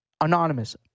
Anonymous